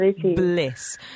bliss